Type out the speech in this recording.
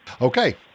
Okay